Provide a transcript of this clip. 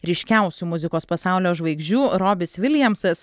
ryškiausių muzikos pasaulio žvaigždžių robis viljamsas